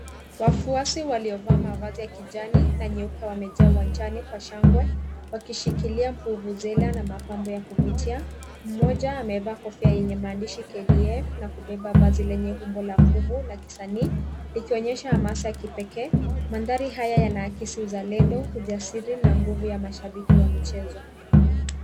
Wafuasi waliovaa mavazi ya kijani na nyeupe wamejaa uwanjani kwa shangwe wakishikilia vuvuzela na mapambo ya kuvutia ,mmoja amevaa kofia yenye maandishi KDF na kubeba vazi lenye umbo la fuvu ya kisanii , likionyesha hamasa ya kipekee, mandhari haya yanaakisi uzalendo ,ujasiri na nguvu ya mashabiki wa michezo.